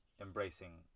embracing